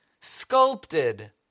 sculpted